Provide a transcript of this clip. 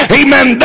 amen